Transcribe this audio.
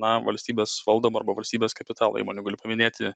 na valstybės valdomų arba valstybės kapitalo įmonių galiu paminėti